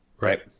Right